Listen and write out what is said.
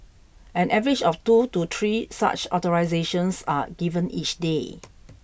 an average of two to three such authorisations are given each day